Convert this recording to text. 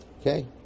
Okay